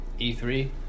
E3